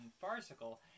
farcical